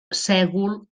sègol